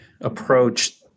approach